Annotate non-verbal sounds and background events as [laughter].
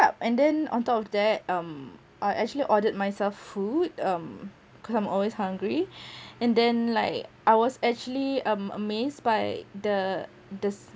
and then on top of that um I actually ordered myself food um cause I'm always hungry [breath] and then like I was actually um amazed by the the